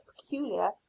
peculiar